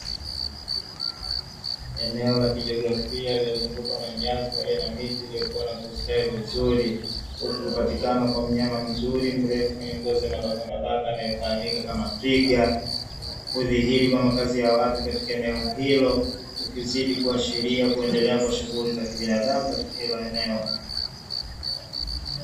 Eneo la kijiografia lililozungukwa na nyasi pamoja na miti iliyokua na kustawi vizuri huku kupatikana kwa mnyama mzuri mrefu mwenye ngozi ya mabakamabaka anayefahamika kama twiga. Kudhihiri kwa makazi ya watu katika eneo hilo kukizidi kuashiria shughuli za kibinadamu katika kila eneo.